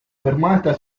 fermata